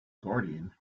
guardian